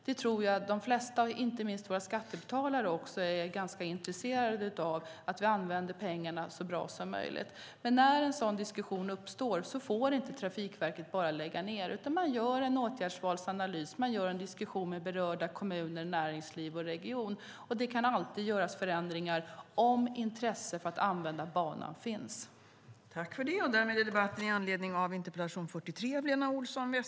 Jag tror att de flesta, inte minst våra skattebetalare, är ganska intresserade av att vi använder pengarna så bra som möjligt. Men när en sådan diskussion uppstår får inte Trafikverket bara lägga ned, utan man gör en åtgärdsvalsanalys och har en diskussion med berörda kommuner, näringsliv och regioner. Det kan alltid göras förändringar om intresse för att använda banan finns.